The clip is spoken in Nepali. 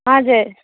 हजुर